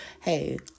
hey